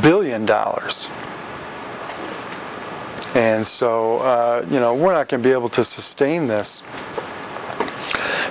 billion dollars and so you know we're not going be able to sustain this